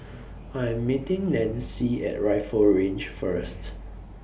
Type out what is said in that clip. I Am meeting Nanci At Rifle Range First